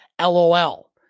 LOL